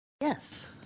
Yes